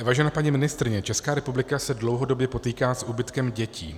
Vážená paní ministryně, Česká republika se dlouhodobě potýká s úbytkem dětí.